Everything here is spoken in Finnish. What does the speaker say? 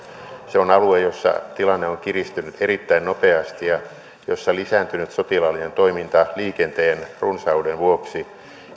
se on alue jolla tilanne on kiristynyt erittäin nopeasti ja jolla lisääntynyt sotilaallinen toiminta liikenteen runsauden vuoksi